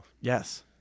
Yes